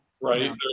right